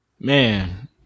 Man